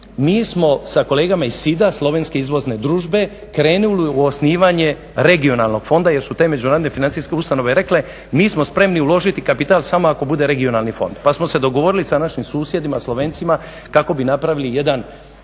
mi smo sa kolegama iz SID-a, Slovenske izvozne družbe krenuli u osnivanje regionalnog fonda jer su te međunarodne financijske ustanove rekle mi smo spremni uložiti kapital samo ako bude regionalni fond, pa smo se dogovorili sa našim susjedima Slovencima kako bi napravili jedan